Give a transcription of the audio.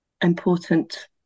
important